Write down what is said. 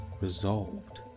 resolved